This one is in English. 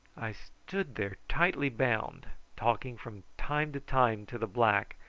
i stood there tightly bound, talking from time to time to the black,